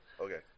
Okay